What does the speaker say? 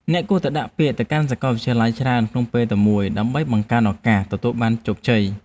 អ្នកគួរតែដាក់ពាក្យទៅកាន់សាកលវិទ្យាល័យច្រើនក្នុងពេលតែមួយដើម្បីបង្កើនឱកាសទទួលបានជោគជ័យ។